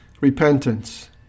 Repentance